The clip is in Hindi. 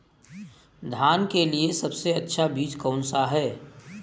धान के लिए सबसे अच्छा बीज कौन सा है?